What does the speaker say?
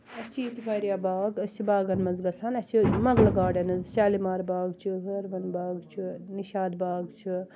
اَسہِ چھِ ییٚتہِ واریاہ باغ أسۍ چھِ باغَن منٛز گژھان اَسہِ چھِ مغل گاڈنٕز شالِمار باغ چھِ ہٲروَن باغ چھُ نِشاط باغ چھُ